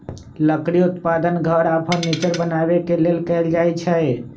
लकड़ी उत्पादन घर आऽ फर्नीचर बनाबे के लेल कएल जाइ छइ